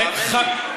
רק אמת, האמן לי.